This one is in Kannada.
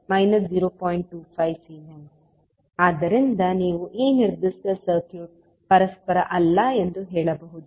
25 ಸೀಮೆನ್ಸ್ ಆದ್ದರಿಂದ ನೀವು ಈ ನಿರ್ದಿಷ್ಟ ಸರ್ಕ್ಯೂಟ್ ಪರಸ್ಪರ ಅಲ್ಲ ಎಂದು ಹೇಳಬಹುದು